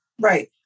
right